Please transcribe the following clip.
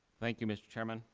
thank you, mr. chairman.